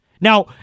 Now